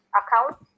account